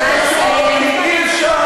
אני אגיד לך